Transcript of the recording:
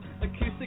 acoustic